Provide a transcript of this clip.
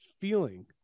feeling